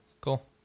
cool